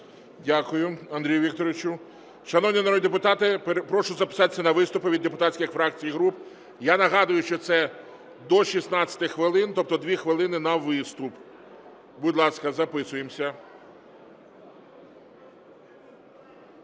Дякую, Андрію Вікторовичу. Шановні народні депутати, прошу записатися на виступи від депутатських фракцій і груп. Я нагадую, що це до 16 хвилин, тобто 2 хвилини на виступ. Будь ласка, записуємося.